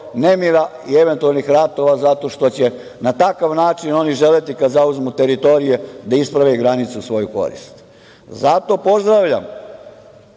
nemira i eventualnih ratova zato što će na takav način oni želeti da zauzmu teritorije, da isprave granice u svoju korist. Zato pozdravljam